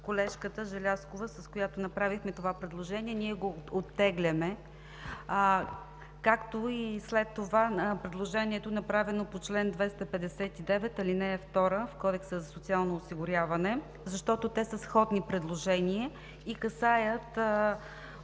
колежката Желязкова, с която направихме предложението, го оттегляме, както и предложението, направено по чл. 259, ал. 2 в Кодекса за социално осигуряване, тъй като са сходни предложения и касаят